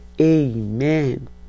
Amen